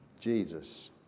Jesus